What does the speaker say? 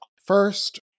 First